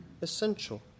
essential